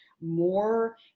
more